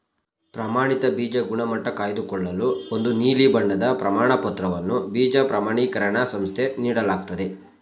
ಪ್ರಮಾಣಿತ ಬೀಜ ಗುಣಮಟ್ಟ ಕಾಯ್ದುಕೊಳ್ಳಲು ಒಂದು ನೀಲಿ ಬಣ್ಣದ ಪ್ರಮಾಣಪತ್ರವನ್ನು ಬೀಜ ಪ್ರಮಾಣಿಕರಣ ಸಂಸ್ಥೆ ನೀಡಲಾಗ್ತದೆ